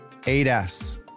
8S